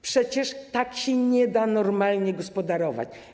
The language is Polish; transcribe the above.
Przecież tak się nie da normalnie gospodarować.